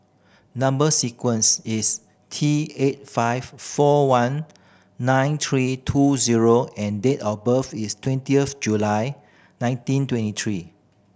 number sequence is T eight five four one nine three two zero and date of birth is twenty of July nineteen twenty three